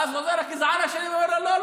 ואז חוזר הגזען השני ואומר: לא,